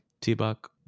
t-buck